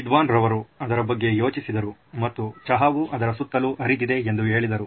ವಿದ್ವಾನ್ ರವರು ಅದರ ಬಗ್ಗೆ ಯೋಚಿಸಿದರು ಮತ್ತು ಚಹಾವು ಅದರ ಸುತ್ತಲೂ ಹರಿದಿದೆ ಎಂದು ಹೇಳಿದರು